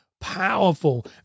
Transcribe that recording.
powerful